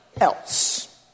else